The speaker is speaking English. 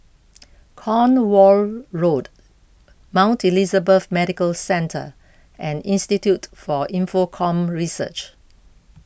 Cornwall Road Mount Elizabeth Medical Centre and Institute for Infocomm Research